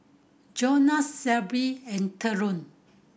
Jonas Shelbi and Theron